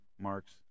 marks